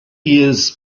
years